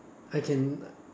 I can